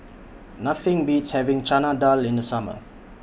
Nothing Beats having Chana Dal in The Summer